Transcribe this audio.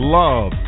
love